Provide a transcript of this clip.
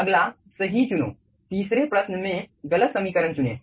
अगला सही चुनो तीसरे प्रश्न में गलत समीकरण चुनें